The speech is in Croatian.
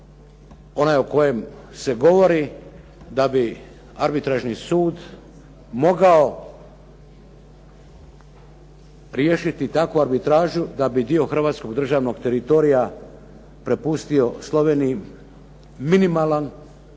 onaj o kojem se govori da bi Arbitražni sud mogao riješiti takvu arbitražu da bi dio hrvatskog državnog teritorija prepustio Sloveniji minimalan